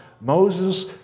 Moses